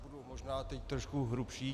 Já budu možná teď trošku hrubší.